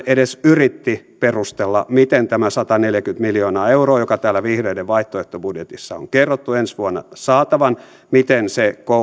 edes yritti perustella miten tämä sataneljäkymmentä miljoonaa euroa joka täällä vihreiden vaihtoehtobudjetissa on kerrottu ensi vuotta saatavan